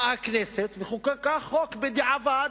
באה הכנסת וחוקקה חוק בדיעבד,